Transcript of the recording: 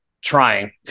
trying